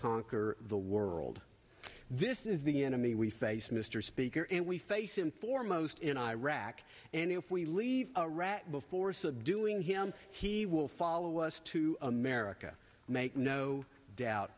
conquer the world this is the enemy we face mr speaker and we face him foremost in iraq and if we leave before subduing him he will follow us to america make no doubt